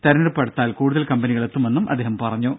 തെരഞ്ഞെടുപ്പ് അടുത്താൽ കൂടുതൽ കമ്പനികൾ എത്തുമെന്നും അദ്ദേഹം പറഞ്ഞു